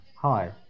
Hi